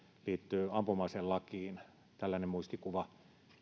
liittyy ampuma aselakiin tällainen muistikuva